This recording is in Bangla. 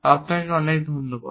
আপনাকে অনেক ধন্যবাদ